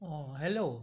অঁ হেল্ল'